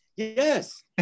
yes